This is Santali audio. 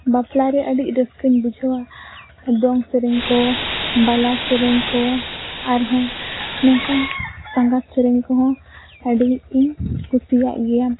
ᱵᱟᱯᱞᱟᱨᱮ ᱟᱹᱰᱤ ᱨᱟᱹᱥᱠᱟᱹᱧ ᱵᱩᱡᱷᱟᱹᱣᱟ ᱫᱚᱝ ᱥᱮᱨᱮᱧᱠᱚ ᱵᱟᱞᱟ ᱥᱮᱨᱮᱧᱠᱚ ᱟᱨᱦᱚᱸ ᱱᱚᱝᱠᱟ ᱥᱟᱸᱜᱟᱛ ᱥᱮᱨᱮᱧᱠᱚᱦᱚᱸ ᱟᱹᱰᱤᱜᱮᱧ ᱠᱩᱥᱤᱭᱟᱜ ᱜᱮᱭᱟ